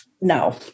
no